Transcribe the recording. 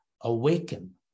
awaken